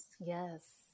Yes